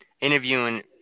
interviewing